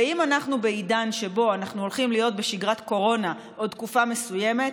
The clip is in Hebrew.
ואם אנחנו בעידן שבו אנחנו הולכים להיות בשגרת קורונה עוד תקופה מסוימת,